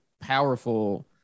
powerful